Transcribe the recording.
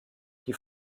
die